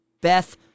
Beth